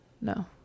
No